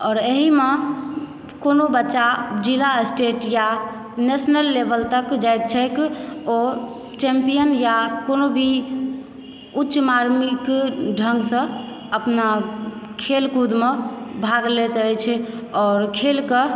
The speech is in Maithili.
आओर एहिमे कोनो बच्चा जिला स्टेट या नेशनल लेवल तक जाइत छैक ओ चैम्पियन या कोनो भी उच्च मार्मिक ढ़ंगसँ अपना खेलकूदमऽ भाग लैत अछि आओर खेलकऽ